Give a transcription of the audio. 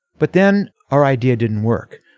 but then our idea didn't work.